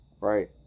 right